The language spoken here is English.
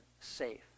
safe